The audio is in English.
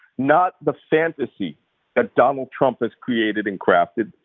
not the fantasy that donald trump has created and crafted,